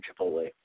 Chipotle